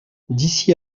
d’ici